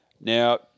Now